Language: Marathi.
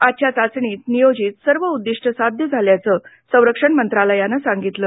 आजच्या चाचणीत नियोजित सर्व उद्दिष्टे साध्य झाल्याचं संरक्षण मंत्रालयानं सांगितलं